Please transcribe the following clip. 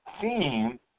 theme